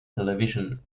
television